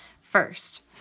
First